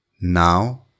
Now